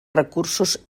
recursos